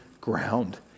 ground